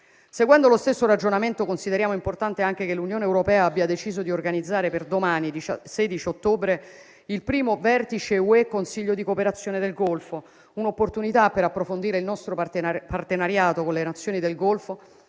Seguendo lo stesso ragionamento, consideriamo importante anche che l'Unione europea abbia deciso di organizzare per domani, 16 ottobre, il primo vertice UE-Consiglio di cooperazione del Golfo: un'opportunità per approfondire il nostro partenariato con le Nazioni del Golfo